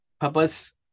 purpose